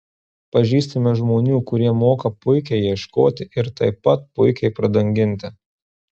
pažįstame žmonių kurie moka puikiai ieškoti ir taip pat puikiai pradanginti